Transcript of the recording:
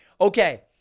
Okay